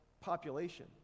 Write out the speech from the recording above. population